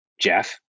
Jeff